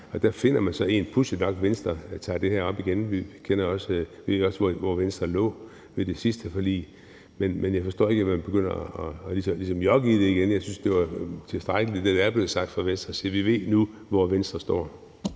og der finder man så en, pudsigt nok, som Venstre tager op igen. Vi ved også, hvor Venstre lå ved det sidste forlig, men jeg forstår ikke, at man begynder ligesom at jokke i det igen. Jeg synes, at det er tilstrækkeligt, hvad der er blevet sagt fra Venstres side. Vi ved nu, hvor Venstre står.